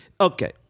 okay